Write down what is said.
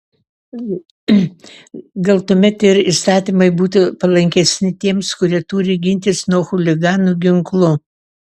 gal tuomet ir įstatymai būtų palankesni tiems kurie turi gintis nuo chuliganų ginklu